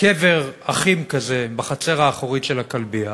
קבר אחים כזה בחצר האחורית של הכלבייה